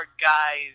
guys